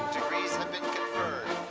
degrees have been conferred,